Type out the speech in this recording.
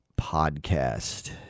podcast